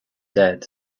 dead